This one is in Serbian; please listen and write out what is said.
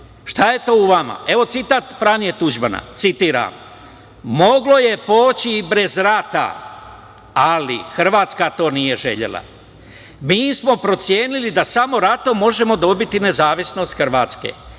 šta je to u vama? Evo, citat Franje Tuđmana. Citiram: „Moglo je proći i bez rata, ali Hrvatska to nije želela. Mi smo procenili da samo ratom možemo dobiti nezavisnost Hrvatske.